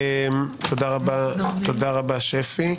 תודה רבה, שפי.